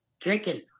drinking